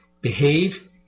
behave